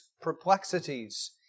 perplexities